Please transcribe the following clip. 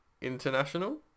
international